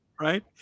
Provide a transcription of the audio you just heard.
Right